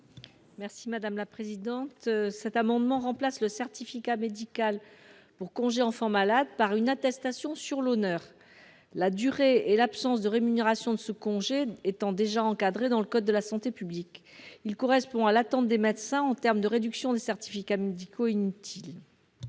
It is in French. Mme Florence Lassarade. Cet amendement vise à remplacer le certificat médical pour congé enfant malade par une attestation sur l’honneur, la durée et l’absence de rémunération de ce congé étant déjà encadrées par le code du travail. Cette proposition correspond à l’attente des médecins en termes de réduction des certificats médicaux inutiles.